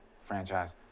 franchise